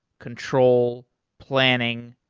control, planning,